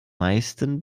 meisten